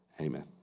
Amen